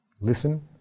Listen